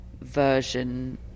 version